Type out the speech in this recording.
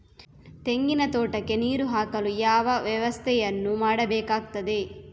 ತೆಂಗಿನ ತೋಟಕ್ಕೆ ನೀರು ಹಾಕಲು ಯಾವ ವ್ಯವಸ್ಥೆಯನ್ನು ಮಾಡಬೇಕಾಗ್ತದೆ?